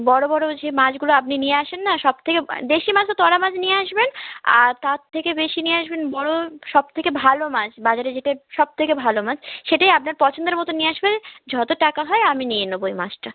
বড় বড় যে মাছগুলো আপনি নিয়ে আসেন না সবথেকে দেশি মাছ তো টোরা মাছ নিয়ে আসবেন আর তার থেকে বেশি নিয়ে আসবেন বড় সবথেকে ভালো মাছ বাজারে যেটা সবথেকে ভালো মাছ সেটাই আপনার পছন্দের মতন নিয়ে আসবেন যত টাকা হয় আমি নিয়ে নেব ওই মাছটা